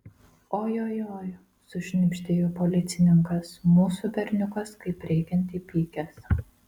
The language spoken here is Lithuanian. ojojoi sušnibždėjo policininkas mūsų berniukas kaip reikiant įpykęs